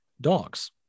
dogs